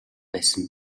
байсан